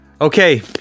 Okay